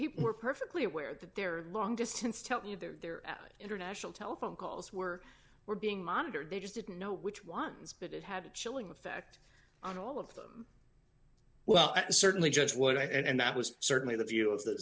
people were perfectly aware that their long distance tell you their international telephone calls were were being monitored they just didn't know which ones but it had a chilling effect on all of them well and certainly just what and that was certainly the view of the